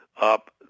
up